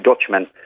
Dutchmen